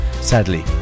sadly